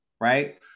right